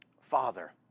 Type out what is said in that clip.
Father